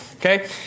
Okay